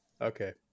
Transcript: Okay